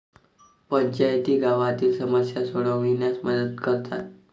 पंचायती गावातील समस्या सोडविण्यास मदत करतात